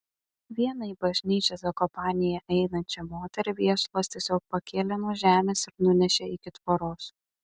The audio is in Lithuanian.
vieną į bažnyčią zakopanėje einančią moterį viesulas tiesiog pakėlė nuo žemės ir nunešė iki tvoros